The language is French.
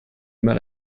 mal